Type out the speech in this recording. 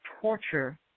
torture